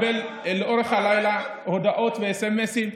חברת הכנסת סטרוק, חברת הכנסת סטרוק, נא לשבת.